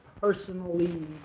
personally